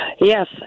Yes